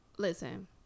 Listen